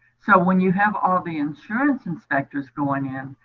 so when you have all the insurance inspectors going in,